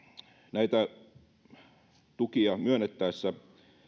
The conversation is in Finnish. näitä tukia myönnettäessä